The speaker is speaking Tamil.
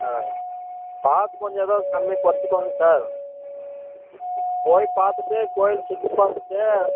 ஆ பார்த்து கொஞ்சம் எதாவது கம்மி குறைச்சிக்கோங்க சார் போய் பார்த்துட்டு கோயில் சுற்றி பார்த்துட்டு